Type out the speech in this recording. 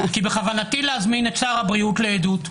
כי בכוונתי להזמין את שר הבריאות לעדות,